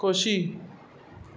खोशी